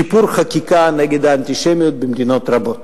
יש שיפור בחקיקה נגד האנטישמיות במדינות רבות.